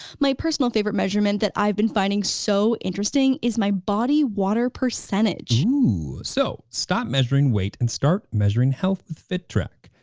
my personal favorite measurement that i've been finding so interesting, is my body water percentage. ooh, so, stop measuring weight and start measuring health with fittrack,